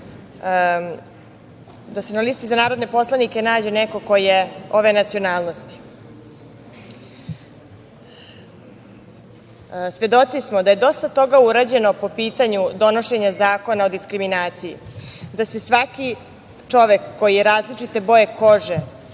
da se na listi za narodne poslanike nađe neko ko je ove nacionalnosti, svedoci smo da je dosta toga urađeno po pitanju donošenja Zakona o diskriminaciji, da se svaki čovek koji je različite boje kože,